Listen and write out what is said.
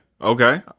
okay